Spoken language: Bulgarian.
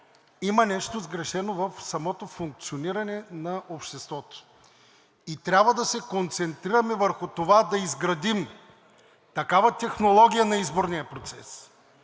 има нещо сгрешено в самото функциониране на обществото. И трябва да се концентрираме върху това да изградим такава технология на изборния процес,